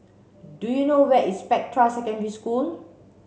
do you know where is Spectra Secondary School